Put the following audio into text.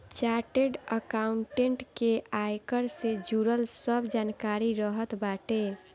chartered accountant के आयकर से जुड़ल सब जानकारी रहत बाटे